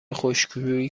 خشکشویی